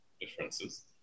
differences